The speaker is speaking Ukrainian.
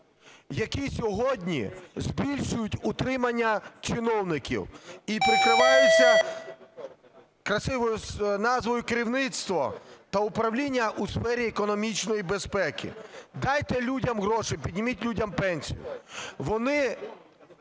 які сьогодні збільшують утримання чиновників і прикриваються красивою назвою "керівництво та управління у сфері економічної безпеки". Дайте людям гроші, підніміть людям пенсію. Вони